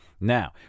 now